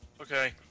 Okay